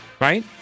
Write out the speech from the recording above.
right